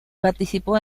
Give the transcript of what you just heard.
participó